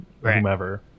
whomever